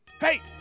Hey